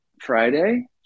Friday